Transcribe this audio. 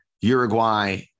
Uruguay